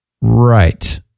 Right